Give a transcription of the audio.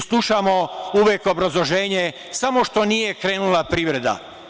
Slušamo uvek obrazloženje – samo što nije krenula privreda.